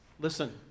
Listen